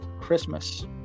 Christmas